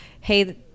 Hey